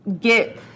Get